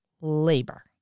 labor